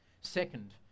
Second